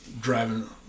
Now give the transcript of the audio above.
driving